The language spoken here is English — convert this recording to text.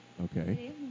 Okay